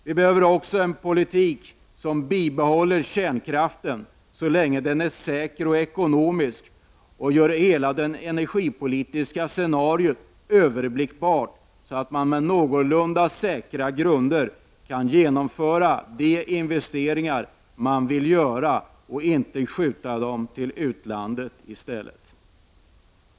Vi behöver också en politik som bibehåller kärnkraften så länge den är säker och ekonomisk och gör hela det energipolitiska scenariot överblickbart så att man på någorlunda säkra grunder kan genomföra de investeringar man vill göra och inte behöver skyffla dem till utlandet i stället.